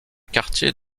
quartier